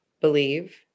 believe